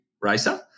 racer